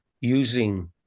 using